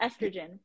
estrogen